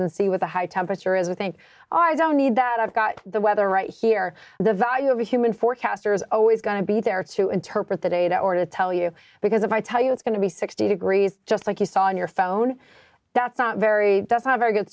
and see what the high temperature is i think i don't need that i've got the weather right here the value of human forecasters always going to be there to interpret the data or to tell you because if i tell you it's going to be sixty degrees just like you saw on your phone that's not very that's not very good